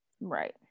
right